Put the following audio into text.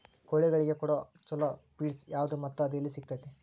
ಕೋಳಿಗಳಿಗೆ ಕೊಡುವ ಛಲೋ ಪಿಡ್ಸ್ ಯಾವದ ಮತ್ತ ಅದ ಎಲ್ಲಿ ಸಿಗತೇತಿ?